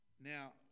Now